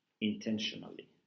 intentionally